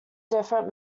different